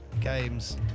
games